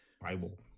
Bible